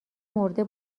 مرده